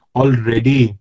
already